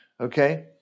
Okay